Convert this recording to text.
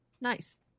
Nice